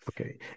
Okay